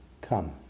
Come